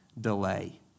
delay